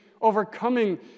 overcoming